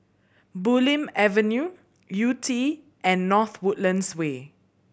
Bulim Avenue Yew Tee and North Woodlands Way